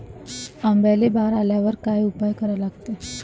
आंब्याले बार आल्यावर काय उपाव करा लागते?